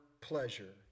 pleasure